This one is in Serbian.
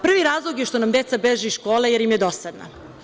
Prvi razlog je što nam dece beže iz škole jer im je dosadna.